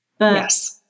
Yes